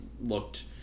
looked